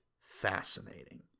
fascinating